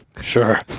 sure